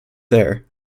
there